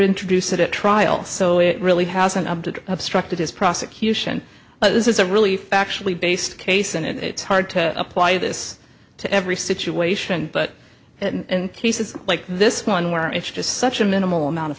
introduce it at trial so it really hasn't up to obstructed his prosecution but this is a really factually based case and it's hard to apply this to every situation but in cases like this one where it's just such a minimal amount of